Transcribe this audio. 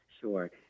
Sure